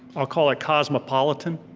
i'll call it cosmopolitan,